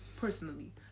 personally